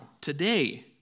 today